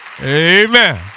Amen